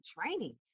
training